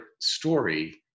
story